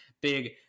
Big